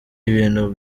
ibintu